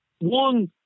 one